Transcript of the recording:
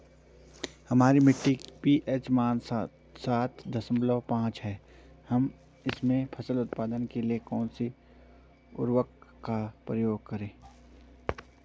हमारी मिट्टी का पी.एच मान सात दशमलव पांच है हम इसमें फसल उत्पादन के लिए कौन से उर्वरक का प्रयोग कर सकते हैं?